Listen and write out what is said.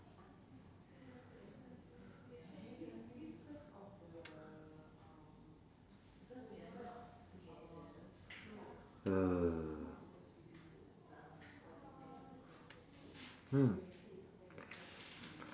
err hmm